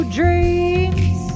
dreams